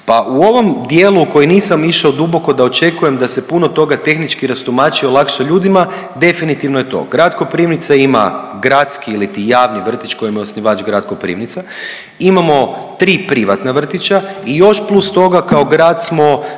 Pa u ovom dijelu u koji nisam išao duboko da očekujem da se puno toga tehnički rastumači i olakša ljudima, definitivno je to. Grad Koprivnica ima gradski iliti javni vrtić, kojima je osnivač grad Koprivnica, imamo 3 privatna vrtića i još plus toga kao grad smo